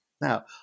Now